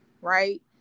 right